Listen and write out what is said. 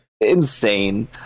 Insane